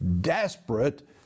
desperate